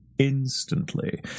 instantly